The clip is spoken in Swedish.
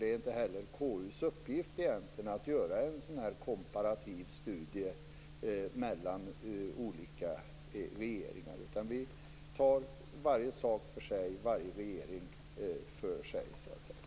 Det är inte heller egentligen KU:s uppgift att göra en sådan komparativ studie mellan olika regeringar. Vi tar varje sak för sig, varje regering för sig.